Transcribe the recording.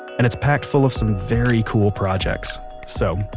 and it's packed full of some very cool projects so,